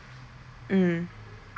mm